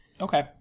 Okay